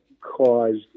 caused